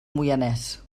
moianès